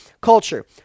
culture